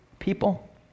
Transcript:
people